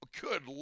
good